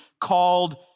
called